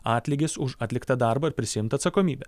atlygis už atliktą darbą ir prisiimt atsakomybę